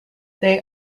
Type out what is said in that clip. they